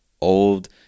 old